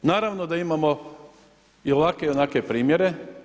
Naravno da imamo i ovakve i onakve primjere.